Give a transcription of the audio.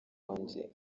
wanjye